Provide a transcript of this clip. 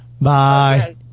Bye